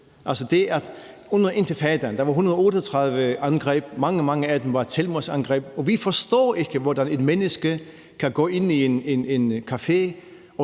var der 138 angreb, mange, mange af dem var selvmordsangreb, og vi forstår ikke, hvordan et menneske kan gå ind på en café